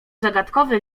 zagadkowy